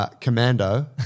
Commando